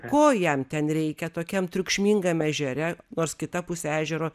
ko jam ten reikia tokiam triukšmingam ežere nors kita pusė ežero